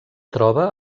troba